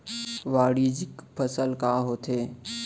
वाणिज्यिक फसल का होथे?